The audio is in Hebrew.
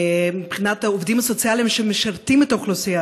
מבחינת העובדים הסוציאליים שמשרתים את האוכלוסייה